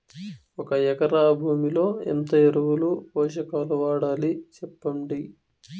ఒక ఎకరా భూమిలో ఎంత ఎరువులు, పోషకాలు వాడాలి సెప్పండి?